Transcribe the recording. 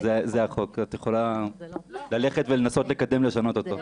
זה החוק, את יכולה ללכת ולנסות לקדם לשנות אותו.